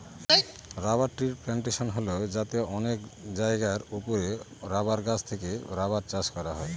rubber ট্রির plantation হল যাতে অনেক জায়গার ওপরে রাবার গাছ থেকে রাবার চাষ করা হয়